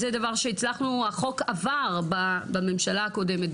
החוק עבר בממשלה הקודמת,